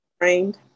Trained